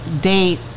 date